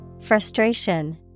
Frustration